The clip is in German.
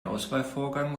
auswahlvorgang